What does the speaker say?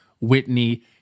Whitney